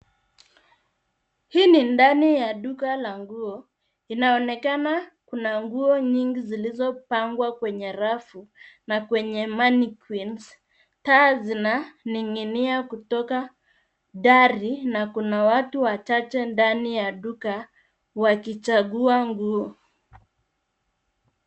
Hii ni ndani ya duka la nguo. Inaonekana kuna nguo nyingi zilizopangwa kwenye rafu na kwenye mannequinn . Taa zinaning'inia kutoka dari na kuna watu wachache ndani ya duka wakichagua nguo.